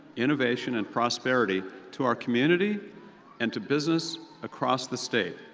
innovation and prosperity to our community and to business across the state.